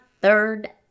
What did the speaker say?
third